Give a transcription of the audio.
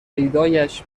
پیدایش